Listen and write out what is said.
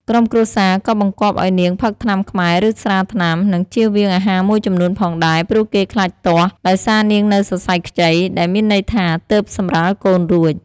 ក្រុមគ្រួសារក៏បង្គាប់ឱ្យនាងផឹកថ្នាំខ្មែរ ឬ ស្រាថ្នាំ និងជៀសវាងអាហារមួយចំនួនផងដែរ ព្រោះគេខ្លាចទាស់ ដោយសារនាងនៅសរសៃខ្ចី ដែលមានន័យថា ទើបសម្រាលកូនរួច។